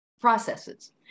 processes